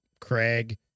Craig